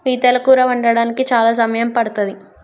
పీతల కూర వండడానికి చాలా సమయం పడ్తది